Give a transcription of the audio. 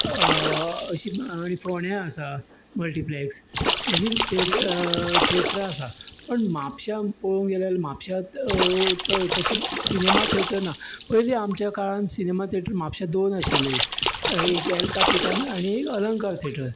अशी आनी फोंड्या आसा मल्टीप्लॅक्स अशीं थिएट थिएटरां आसा पूण म्हापश्या पळोवंक गेले जाल्यार म्हापश्यांत तशें सिनेमा थिएटर ना पयलीं आमच्या काळांत सिनेमा थिएटर म्हापश्यांत दोन आशील्लीं एक एल कापितान आनी एक अलंकार थिएटर